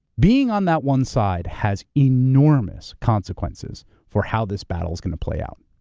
being on that one side has enormous consequences for how this battle's gonna play out.